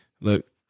look